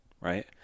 Right